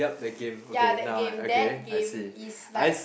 ya that game that game is like